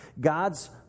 God's